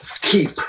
keep